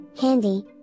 Handy